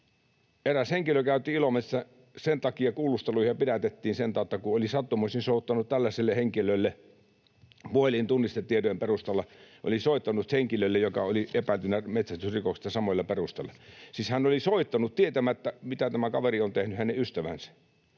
Eräs henkilö haettiin Ilomantsissa kuulusteluun ja pidätettiin sen tautta, kun oli sattumoisin soittanut tällaiselle henkilölle, puhelintunnistetietojen perustalla oli soittanut henkilölle, joka oli epäiltynä metsästysrikoksesta samoilla perusteilla. Siis hän oli soittanut tietämättä, mitä tämä kaveri, hänen ystävänsä